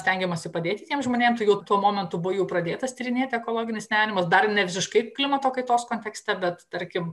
stengiamasi padėti tiems žmonėms jog tuo momentu būtų pradėtas tyrinėti ekologinis nerimas dar ne visiškai klimato kaitos kontekste bet tarkim